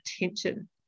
attention